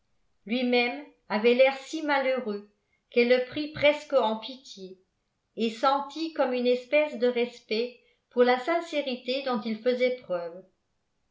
lui-même avait l'air si malheureux qu'elle le prit presque en pitié et sentit comme une espèce de respect pour la sincérité dont il faisait preuve